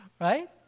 right